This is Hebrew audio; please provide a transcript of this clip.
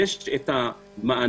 יש את המענקים,